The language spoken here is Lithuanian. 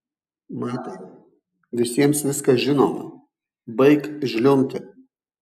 matai visiems viskas žinoma baik žliumbti